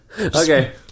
Okay